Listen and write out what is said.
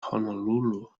honolulu